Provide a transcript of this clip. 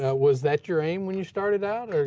ah was that your aim when you started out? and